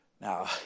Now